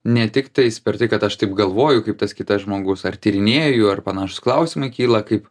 ne tik tai sparti kad aš taip galvoju kaip tas kitas žmogus ar tyrinėju ar panašūs klausimai kyla kaip